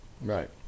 Right